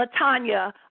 LaTanya